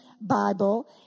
Bible